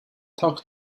talk